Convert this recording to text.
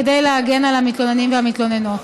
כדי להגן על המתלוננים והמתלוננות.